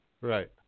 Right